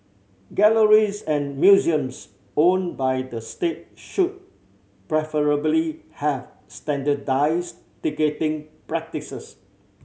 galleries and museums owned by the state should preferably have standardised ticketing practices